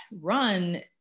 run